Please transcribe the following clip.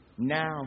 Now